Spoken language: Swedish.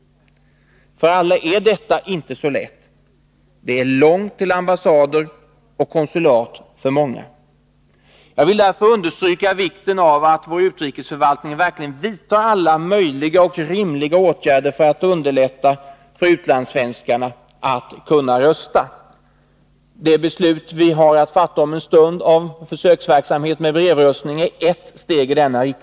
Detta är inte så lätt för alla. Det är för många långt till ambassader och konsulat. Jag vill därför understryka vikten av att vår utrikesförvaltning verkligen vidtar alla rimliga åtgärder för att underlätta för utlandssvenskarna att rösta. Det beslut vi har att fatta om en stund om försöksverksamhet med brevröstning är ett steg i denna riktning.